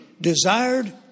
desired